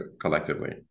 collectively